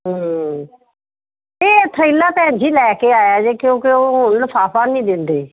ਇਹ ਥੈਲਾ ਭੈਣ ਜੀ ਲੈ ਕੇ ਆਇਆ ਜੇ ਕਿਉਂਕਿ ਉਹ ਲਿਫਾਫਾ ਨਹੀਂ ਦਿੰਦੇ